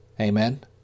Amen